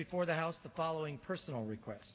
before the house the following personal request